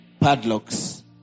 padlocks